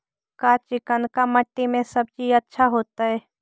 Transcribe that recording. का चिकना मट्टी में सब्जी अच्छा होतै?